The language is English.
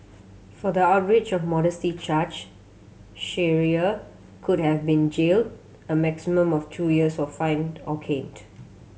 for the outrage of modesty charge Shearer could have been jailed a maximum of two years of fined or caned